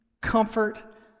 comfort